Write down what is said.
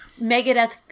Megadeth